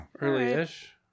Early-ish